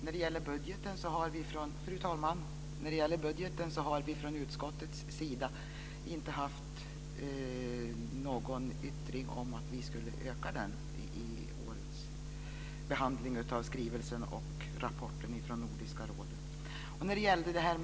Fru talman! Vi har från utskottets sida i årets behandling av skrivelsen och rapporten från Nordiska rådet inte gjort något yttrande om att vi skulle öka budgeten.